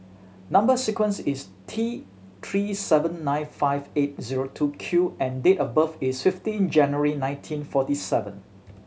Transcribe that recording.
number sequence is T Three seven nine five eight zero two Q and date of birth is fifteen January nineteen forty seven